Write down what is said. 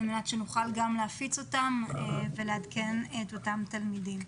כדי שנוכל להפיץ ולעדכן את אותם תלמידים.